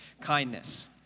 kindness